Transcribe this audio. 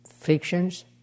frictions